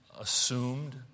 assumed